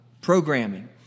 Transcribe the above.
programming